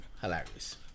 Hilarious